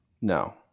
No